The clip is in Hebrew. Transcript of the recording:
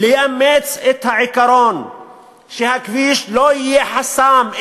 לאמץ את העיקרון שהכביש לא יהיה חסם,